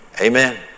Amen